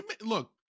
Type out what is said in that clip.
look